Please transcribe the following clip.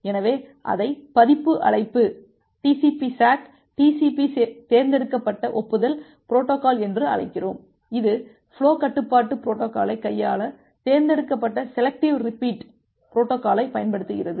எனவே அதை பதிப்பு அழைப்பு TCP SACK TCP தேர்ந்தெடுக்கப்பட்ட ஒப்புதல் பொரோட்டோகால் என்று அழைக்கிறோம் இது ஃபுலோ கட்டுப்பாட்டு பொரோட்டோகாலை கையாள தேர்ந்தெடுக்கப்பட்ட செலெக்டிவ் ரிப்பீட் பொரோட்டோகாலைப் பயன்படுத்துகிறது